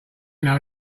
know